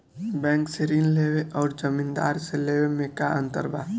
Bank से ऋण लेवे अउर जमींदार से लेवे मे का अंतर बा?